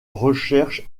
recherche